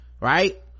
right